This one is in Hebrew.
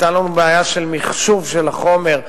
היתה לנו בעיה של מחשוב של החומר,